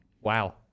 Wow